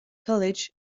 college